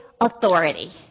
authority